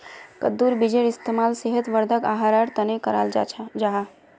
कद्दुर बीजेर इस्तेमाल सेहत वर्धक आहारेर तने कराल जाहा